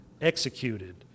executed